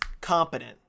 competent